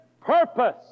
purpose